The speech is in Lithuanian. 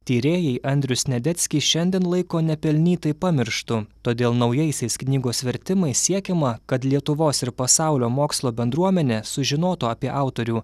tyrėjai andrių sniadeckį šiandien laiko nepelnytai pamirštu todėl naujaisiais knygos vertimais siekiama kad lietuvos ir pasaulio mokslo bendruomenė sužinotų apie autorių